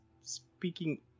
speaking